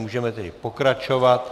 Můžeme tedy pokračovat.